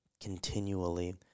continually